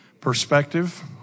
perspective